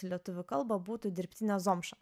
į lietuvių kalbą būtų dirbtinė zomša